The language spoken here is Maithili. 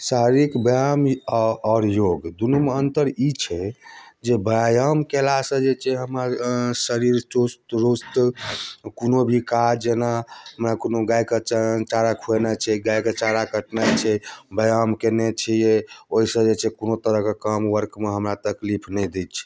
शारीरिक व्यायाम आओर आओर योग दुनूमे अन्तर ई छै जे व्यायाम कएलासँ जे छै हमर शरीर चुस्त दुरुस्त कोनो भी काज जेनामे कोनो गाइके चारा खुएनाइ छै गाइके चारा कटनाइ छै व्यायाम केने छिए ओहिसँ जे छै कोनो तरहके काम वर्कमे हमरा तकलीफ नहि दै छै